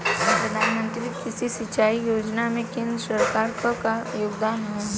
प्रधानमंत्री कृषि सिंचाई योजना में केंद्र सरकार क का योगदान ह?